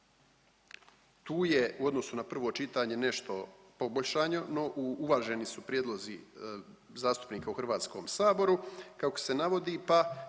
Tu je u odnosu na prvo čitanje nešto poboljšano, uvaženi su prijedlozi zastupnika u Hrvatskom saboru kako se navodi pa